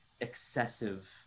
excessive